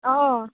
অঁ